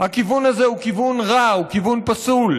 כבן 70,